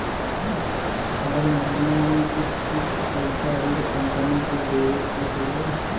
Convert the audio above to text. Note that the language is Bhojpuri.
हर महिना में कुछ फिक्स पइसा ऋण कम्पनी के देवे के होला